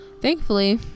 Thankfully